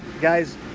guys